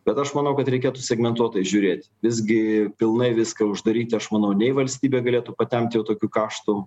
bet aš manau kad reikėtų segmentuotai žiūrėt visgi pilnai viską uždaryti aš manau nei valstybė galėtų patempt jau tokių kaštų